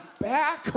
back